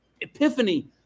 epiphany